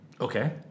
Okay